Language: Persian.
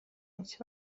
هیچ